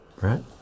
right